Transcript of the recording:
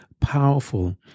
powerful